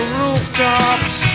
rooftops